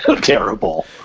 terrible